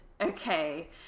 Okay